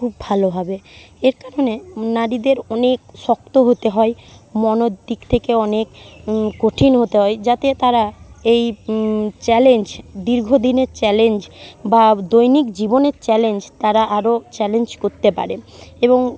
খুব ভালোভাবে এর কারণে নারীদের অনেক শক্ত হতে হয় মনের দিক থেকে অনেক কঠিন হতে হয় যাতে তারা এই চ্যালেঞ্জ দীর্ঘদিনের চ্যালেঞ্জ বা দৈনিক জীবনের চ্যালেঞ্জ তারা আরও চ্যালেঞ্জ করতে পারে এবং